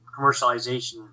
commercialization